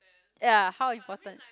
ya how important